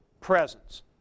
presence